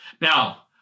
Now